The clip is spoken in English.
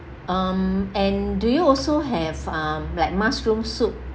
um and do you also have um like mushroom soup